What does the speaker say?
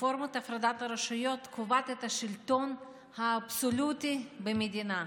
רפורמת הפרדת הרשויות קובעת את השלטון האבסולוטי במדינה.